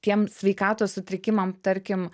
tiem sveikatos sutrikimam tarkim